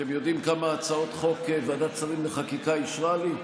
אתם יודעים כמה הצעות חוק ועדת שרים לחקיקה אישרה לי?